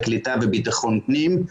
הקליטה ובטחון פנים.